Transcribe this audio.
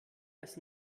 als